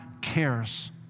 cares